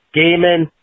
gaming